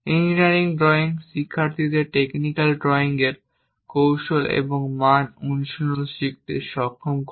engineering drawing শিক্ষার্থীদের technical drawing এর কৌশল এবং মান অনুশীলন শিখতে সক্ষম করে